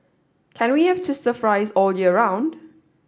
can we have twister fries all year round